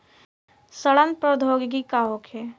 सड़न प्रधौगिकी का होखे?